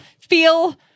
feel